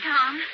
Tom